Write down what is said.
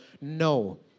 No